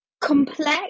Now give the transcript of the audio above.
complex